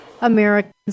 Americans